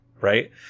Right